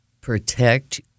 protect